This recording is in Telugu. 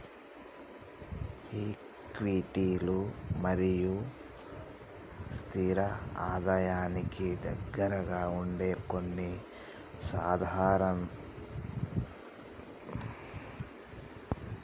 ఈక్విటీలు మరియు స్థిర ఆదాయానికి దగ్గరగా ఉండే కొన్ని సాధనాలను సెక్యూరిటీస్ కలిగి ఉంటయ్